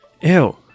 Ew